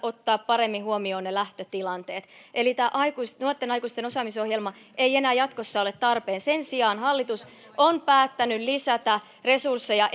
ottaa paremmin huomioon ne lähtötilanteet eli tämä nuorten aikuisten osaamisohjelma ei enää jatkossa ole tarpeen sen sijaan hallitus on päättänyt lisätä resursseja